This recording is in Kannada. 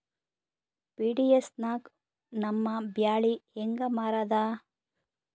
ಪಿ.ಡಿ.ಎಸ್ ನಾಗ ನಮ್ಮ ಬ್ಯಾಳಿ ಹೆಂಗ ಮಾರದ?